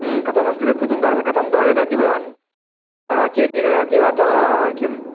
कथमस्ति तत् कुतुम्बरः कथं ददाति भवान् केजि ददाति वा अथवा किम्